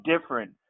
different